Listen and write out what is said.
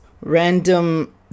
random